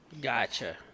Gotcha